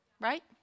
right